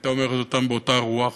הייתה אומרת אותם באותה רוח,